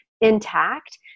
intact